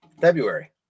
February